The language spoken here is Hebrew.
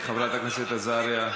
חברת הכנסת עזריה.